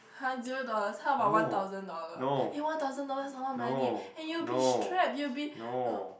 [huh] zero dollars how about one thousand dollar eh one thousand dollars is a lot of money eh and you will be strap you will be